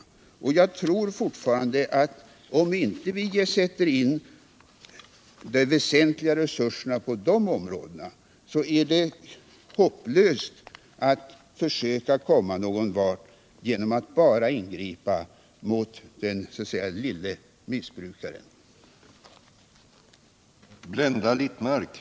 Om vi inte sätter in de väsentliga resurserna på dessa områden tror jag att det är hopplöst att försöka komma någon vart bara genom att ingripa mot de små missbrukarna. att stävja narkotikamissbruket